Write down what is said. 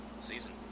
season